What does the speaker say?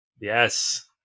yes